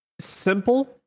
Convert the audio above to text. simple